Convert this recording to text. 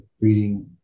reading